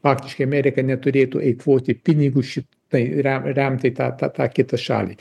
faktiškai amerika neturėtų eikvoti pinigus šit tai rem remti tą tą tą kitą šalį